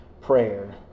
prayer